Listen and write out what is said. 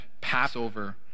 Passover